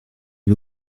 les